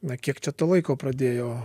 na kiek čia to laiko pradėjo